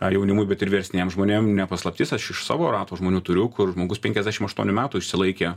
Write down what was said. ar jaunimui bet ir vyresniem žmonėm ne paslaptis aš iš savo rato žmonių turiu kur žmogus penkiasdešim aštuonių metų išsilaikė